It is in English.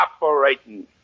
operating